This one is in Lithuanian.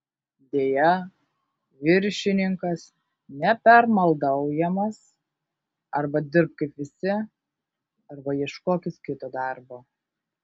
deja viršininkas nepermaldaujamas arba dirbk kaip visi arba ieškokis kito darbo